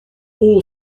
all